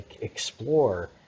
explore